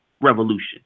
revolution